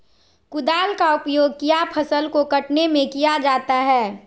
कुदाल का उपयोग किया फसल को कटने में किया जाता हैं?